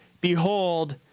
Behold